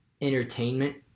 entertainment